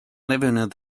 levinud